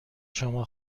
شما